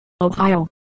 Ohio